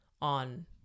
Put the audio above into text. on